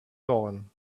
dawn